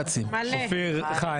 אופיר, חיים,